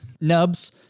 Nubs